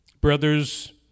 Brothers